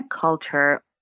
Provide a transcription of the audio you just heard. culture